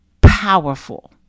powerful